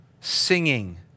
singing